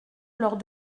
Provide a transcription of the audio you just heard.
lors